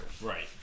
Right